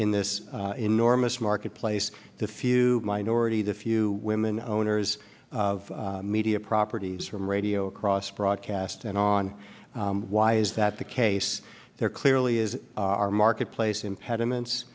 in this enormous marketplace the few minority the few women owners of media properties from radio across broadcasts and on why is that the case there clearly is our marketplace impediments